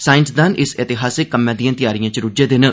साईंसदान इस ऐतिहासिक कम्मै दिर्ये तैयारियें च रूज्झे दे न